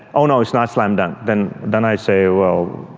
oh, no, it's not slam dunk. then then i say, well,